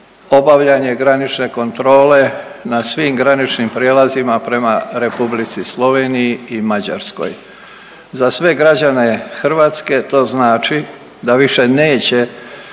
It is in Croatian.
obavljanje granične kontrole na svim graničnim prijelazima prema Republici Sloveniji i Mađarskoj. Za sve građane Hrvatske to znači da više neće